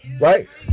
right